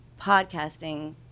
podcasting